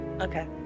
Okay